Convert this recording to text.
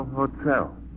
hotel